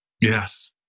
Yes